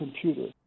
computer